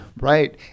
Right